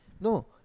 No